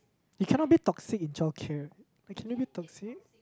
you cannot be toxic in childcare you cannot be toxic